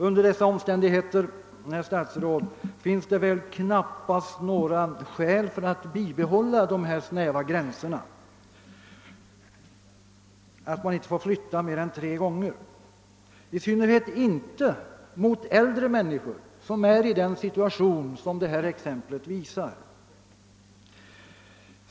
Under dessa omständigheter, herr statsråd, finns det väl knappast några skäl för att bibehålla den snäva gränsen att man inte får flytta telefonen mer än tre gånger, i synnerhet inte när det rör sig om äldre människor i en sådan situation som detta exempel visar.